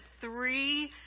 three